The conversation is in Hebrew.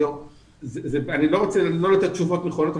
אני לא רוצה לתת תשובות לא נכונות.